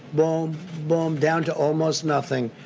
boom, boom, down to almost nothing.